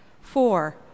Four